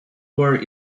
war